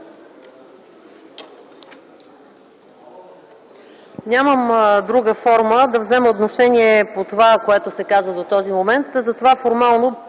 Нямам друга форма да взема отношение по това, което се каза до този момент, затова формално